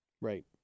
right